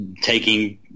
taking